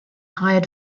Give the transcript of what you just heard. hired